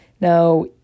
Now